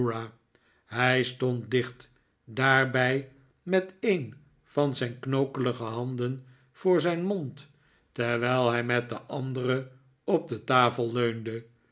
hij stond dicht daarbij met een van zijn knokelige handen voor zijn mond terwijl hij met de andere op de tafel leunde